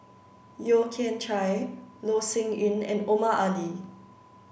Yeo Kian Chye Loh Sin Yun and Omar Ali